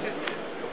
לזהות